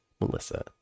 Melissa